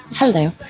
Hello